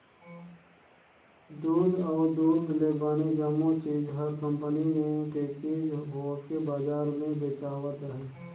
दूद अउ दूद ले बने जम्मो चीज हर कंपनी मे पेकिग होवके बजार मे बेचावत अहे